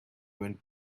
went